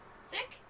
Sick